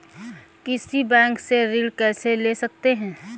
किसी बैंक से ऋण कैसे ले सकते हैं?